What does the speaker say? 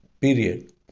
period